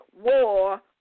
war